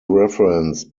referenced